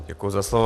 Děkuji za slovo.